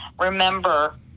Remember